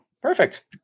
Perfect